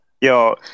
Yo